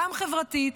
גם חברתית,